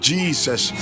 Jesus